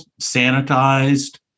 sanitized